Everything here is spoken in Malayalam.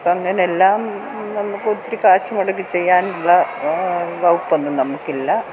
ഇപ്പങ്ങനെല്ലാം നമുക്കൊത്തിരി കാശ് മുടക്കി ചെയ്യാനുള്ള വകുപ്പൊന്നും നമുക്കില്ല